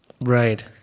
right